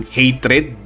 hatred